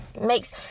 makes